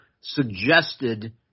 suggested